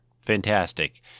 fantastic